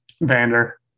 Vander